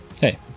hey